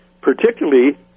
particularly